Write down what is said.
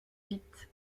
vite